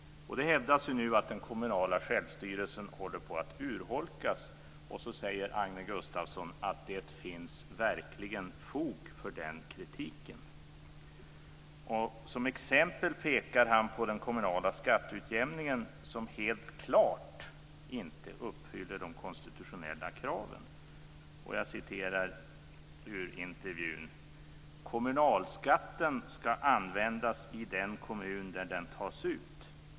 Det hävdas ju nu att den kommunala självstyrelsen håller på att urholkas. Och så säger Agne Gustafsson att det verkligen finns fog för den kritiken. Som exempel pekar han på den kommunala skatteutjämningen som helt klart inte uppfyller de konstitutionella kraven. Jag citerar ur intervjun: "- Kommunalskatten ska användas i den kommun där den tas ut.